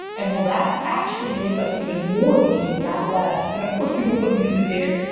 and will that actually make us even more of a team, not less? and of course, people put music in,